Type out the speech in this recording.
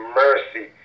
mercy